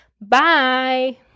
Bye